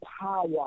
power